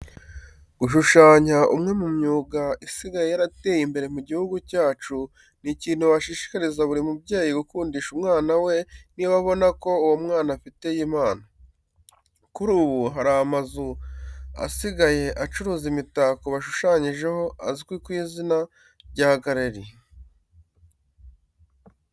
Gushushanya umwe mu myuga isigaye yarateye imbere mu gihugu cyacu, ni ikintu washishikariza buri mubyeyi gukundisha umwana we niba abona ko uwo mwana afite iyi mpano. Kuri ubu hari amazu asigaye acuruza imitako bashushanyijeho azwi ku izina rya gallery.